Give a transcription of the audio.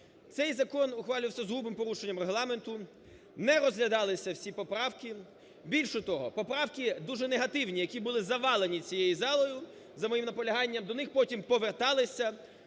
Цей закон ухвалювався з грубим порушенням Регламенту, не розглядалися всі поправки, більше того, поправки дуже негативні, які були завалені цією залою за моїм наполяганням, до них потім поверталися